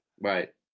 right